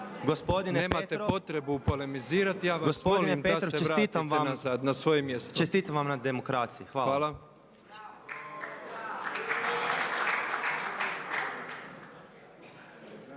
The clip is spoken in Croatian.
Gospodine Petrov, čestitam vam na demokraciji. Hvala.